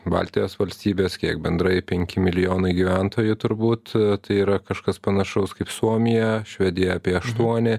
baltijos valstybės kiek bendrai penki milijonai gyventojų turbūt tai yra kažkas panašaus kaip suomija švedija apie aštuoni